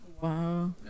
Wow